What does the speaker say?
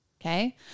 Okay